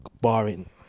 barring